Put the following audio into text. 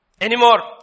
anymore